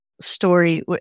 story